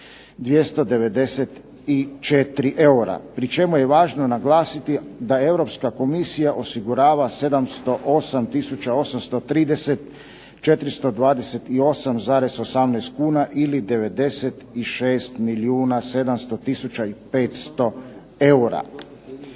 294 eura pri čemu je važno naglasiti da Europska komisija osigurava 708 tisuća 830 428,18 kuna ili 96 milijuna